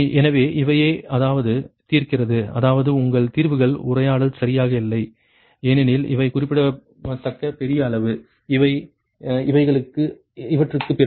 எனவே இவையே அதாவது தீர்க்கிறது அதாவது உங்கள் தீர்வுகள் உரையாடல் சரியாக இல்லை ஏனெனில் இவை குறிப்பிடத்தக்க பெரிய அளவு எனவே இவற்றுக்குப் பிறகு